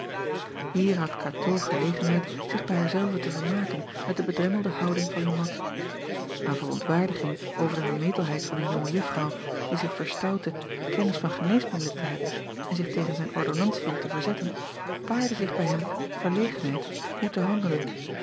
ier had atoo gelegenheid zich bij haar zelve te vermaken met de bedremmelde houding van e at an verontwaardiging over de vermetelheid van een jonge juffrouw die zich verstoutte kennis van geneesmiddelen te hebben en zich tegen zijn ordonnantiën te verzetten paarde zich bij hem verlegenheid hoe te handelen